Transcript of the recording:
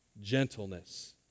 gentleness